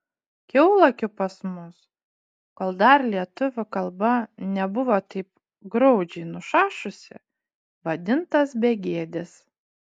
kiaulakiu pas mus kol dar lietuvių kalba nebuvo taip graudžiai nušašusi vadintas begėdis